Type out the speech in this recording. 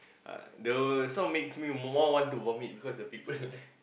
uh the sound makes me more want to vomit because the people there